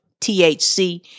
THC